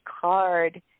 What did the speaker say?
card